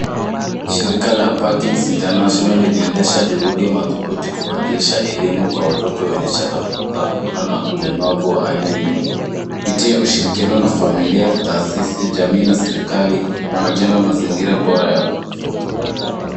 Shirika la Parkings International zinaendeza juhudi madhubuti kubadilisha elimu kwenye watoto wenye changamoto za kuona na ulemavu wa aina nyingi. Kupitia ushirikiano na familia, taasisi, jamii na serikali, wanajenga mazingira bora ya kujifunza.